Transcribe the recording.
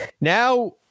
now